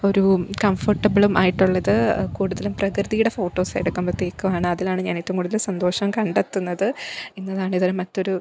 ഒരു കംഫർട്ടബളും ആയിട്ടുള്ളത് കൂടുതലും പ്രകൃതിയുടെ ഫോട്ടോസ് എടുക്കുബത്തേക്കുമാണ് അതിലാണ് ഞാൻ ഏറ്റവും കൂടുതല് സന്തോഷം കണ്ടെത്തുന്നത് എന്നതാണ് മറ്റൊരു